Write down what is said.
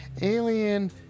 Alien